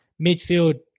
midfield